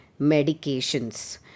medications